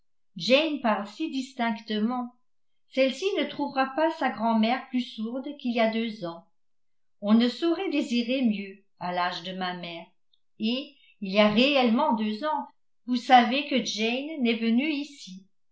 si distinctement celle-ci ne trouvera pas sa grand'mère plus sourde qu'il y a deux ans on ne saurait désirer mieux à l'âge de ma mère et il y a réellement deux ans vous savez que jane n'est venue ici